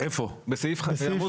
בעמוד